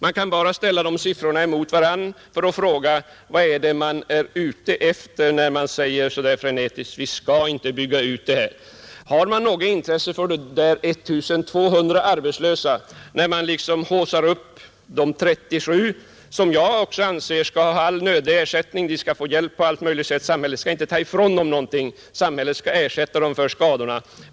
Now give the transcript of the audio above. Man kan bara ställa dessa siffror mot varandra för att fråga: Vad är det man är ute efter, när man säger så frenetiskt att vi inte skall bygga ut Ritsem? Har man något intresse för dessa 1 200 arbetslösa, när man haussar upp de 37 som jag också anser skall ha all nödig ersättning? De skall få hjälp på allt sätt, samhället skall inte ta ifrån dem någonting, samhället skall ersätta dem för skadorna.